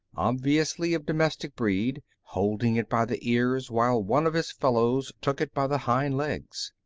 obviously of domestic breed, holding it by the ears while one of his fellows took it by the hind legs.